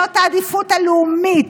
זאת העדיפות הלאומית.